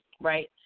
Right